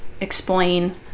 explain